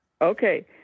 Okay